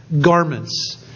garments